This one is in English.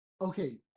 Okay